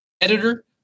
editor